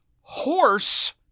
Horse